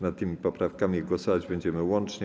Nad tymi poprawkami głosować będziemy łącznie.